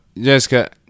Jessica